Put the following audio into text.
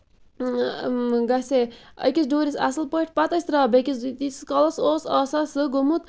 اۭں گژھِ ہے أکِس ڈوٗرِس اَصٕل پٲٹھۍ پَتہٕ ٲسۍ تراوان بیٚکِس تِیٖتِس کالَس اوس آسان سُہ گوٚمُت